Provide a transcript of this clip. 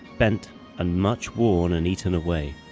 bent and much worn and eaten away.